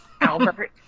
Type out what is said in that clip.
Albert